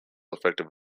effective